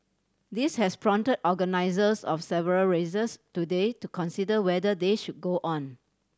this has prompt organisers of several races today to consider whether they should go on